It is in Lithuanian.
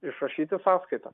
išrašyti sąskaitą